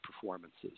performances